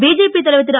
BJP தலைவர்திரு